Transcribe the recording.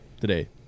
today